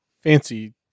Fancy